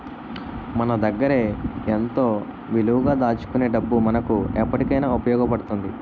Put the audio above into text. మన దగ్గరే ఎంతో విలువగా దాచుకునే డబ్బు మనకు ఎప్పటికైన ఉపయోగపడుతుంది